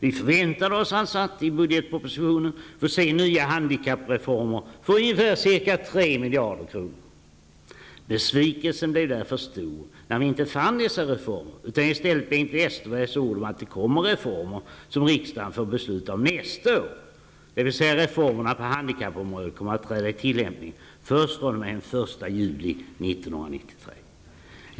Vi förväntade oss alltså att i budgetpropositionen få se nya handikappreformer för ca 3 miljarder kronor. Besvikelsen blev därför stor när vi inte fann dessa reformer utan i stället Bengt Westerbergs ord om att det kommer reformer som riksdagen får besluta om nästa år, dvs. reformerna på handikappområdet kommer att träda i kraft först fr.o.m. den 1 juli 1993.